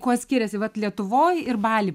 kuo skiriasi vat lietuvoj ir baly